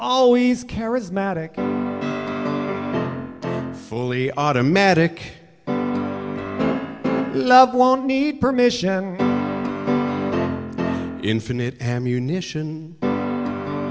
always charismatic fully automatic love one need permission infinite ammunition